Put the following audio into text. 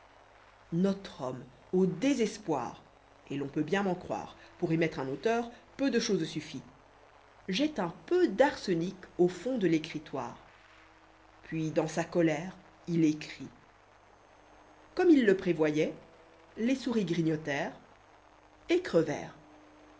notre homme au désespoir et l'on peut bien m'en croire pour y mettre un auteur peu de chose sufïit jette un peu d'arsenic au fond de l'écritoire puis dans ta colère il écrit comme il le prévoyait les souris grignotèrent